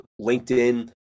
LinkedIn